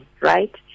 right